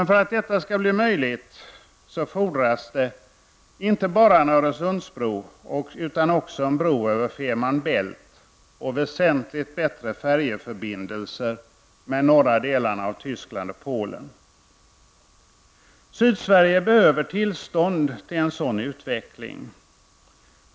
För att detta skall bli möjligt fordras inte bara en Öresundsbro utan även en bro över Femer Bælt och väsentligt bättre färjeförbindelser med de norra delarna av Tyskland och Polen. Sydsverige behöver tillstånd till en sådan utveckling.